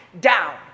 down